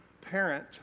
parent